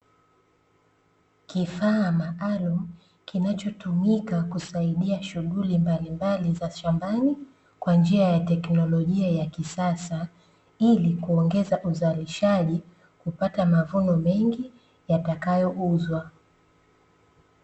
Kifaa maalumu kinachotumika kusaidia shughuli mbalimbali za shambani kwa njia ya teknolojia ya kisasa ili kuongeza uzalishaji kupata mavuno mengi yatakayouzwa.